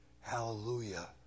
Hallelujah